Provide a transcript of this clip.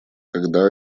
когда